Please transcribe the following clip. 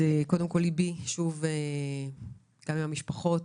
ליבי עם המשפחות